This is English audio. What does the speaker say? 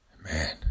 Man